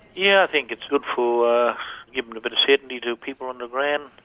yeah, i think it's good for giving a bit of certainty to people on the ground,